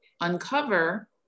uncover